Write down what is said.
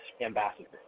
ambassador